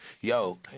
Yo